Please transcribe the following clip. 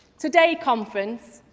today, conference,